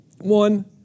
One